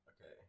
Okay